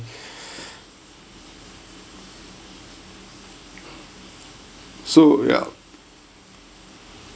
so ya